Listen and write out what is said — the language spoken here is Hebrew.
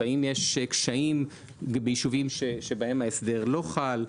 האם יש קשיים ביישובים שבהם ההסדר לא חל?